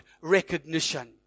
recognition